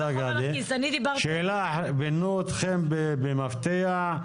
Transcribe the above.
פינוי אתכם במפתיע,